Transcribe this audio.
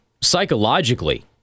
psychologically